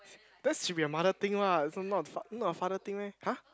that should be a mother thing lah it's not far not a father thing meh !huh!